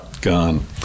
Gone